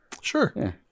Sure